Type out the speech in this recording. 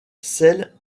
sel